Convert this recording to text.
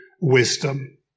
wisdom